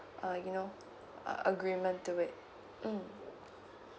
uh you know uh agreement to it mm